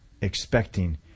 expecting